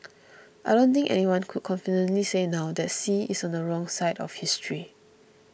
I don't think anyone could confidently say now that Xi is on the wrong side of history